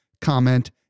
comment